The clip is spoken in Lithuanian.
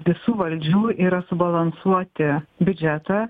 visų valdžių yra subalansuoti biudžetą